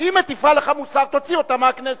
היא מטיפה לך מוסר, תוציא אותה מהכנסת?